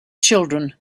children